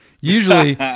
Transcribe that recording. Usually